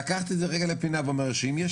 אבל אני לקחתי את זה רגע לפינה ואומר שאם יש